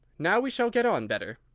now we shall get on better.